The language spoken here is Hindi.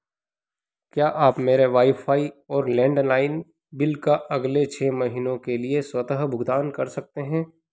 क्या आप मेरे वाईफ़ाई और लैंडलाइन बिल का अगले छः महीनों के लिए स्वतः भुगतान कर सकते हैं